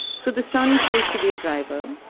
so the son chose to be a driver,